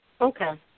Okay